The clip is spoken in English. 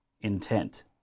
intent